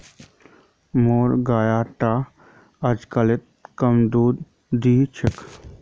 मोर गाय टा अजकालित कम दूध दी छ